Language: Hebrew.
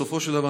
בסופו של דבר,